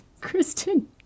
Kristen